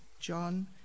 John